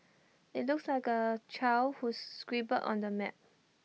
IT looks like A child who scribbled on the map